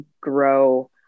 grow